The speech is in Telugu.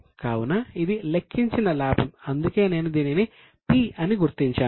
కావున ఇది లెక్కించిన లాభం అందుకే నేను దీనిని 'P' అని గుర్తించాను